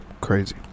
crazy